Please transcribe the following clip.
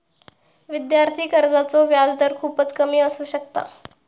विद्यार्थी कर्जाचो व्याजदर खूपच कमी असू शकता